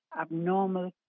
abnormal